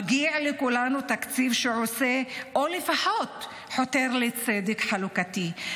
מגיע לכולנו תקציב שעושה או לפחות חותר לצדק חלוקתי,